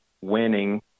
winning